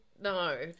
no